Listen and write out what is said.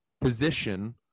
position